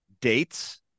dates